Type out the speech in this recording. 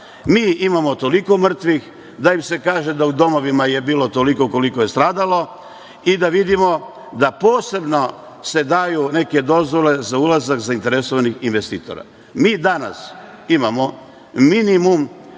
mi imamo toliko mrtvih, da im se kaže da je u domovima bilo toliko koliko je stradalo i da vidimo da se posebno daju neke dozvole za ulazak zainteresovanih investitora. Mi danas imamo minimum